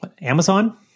Amazon